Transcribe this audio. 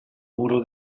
muro